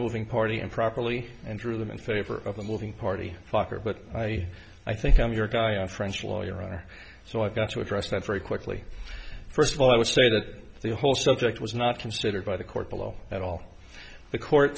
nonmoving party improperly and threw them in favor of the moving party fucker but i i think i'm your guy i'm french lawyer so i've got to address that very quickly first of all i would say that the whole subject was not considered by the court below at all the court